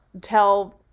tell